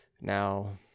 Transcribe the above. now